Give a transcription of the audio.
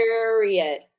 Period